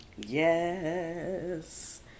Yes